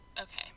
Okay